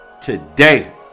Today